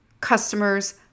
customers